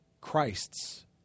Christ's